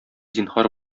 зинһар